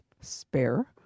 spare